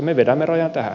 me vedämme rajan tähän